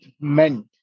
meant